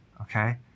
okay